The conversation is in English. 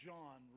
John